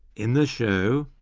in the show,